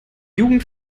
jugend